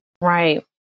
Right